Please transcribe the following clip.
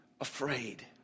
afraid